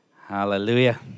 Hallelujah